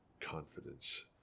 confidence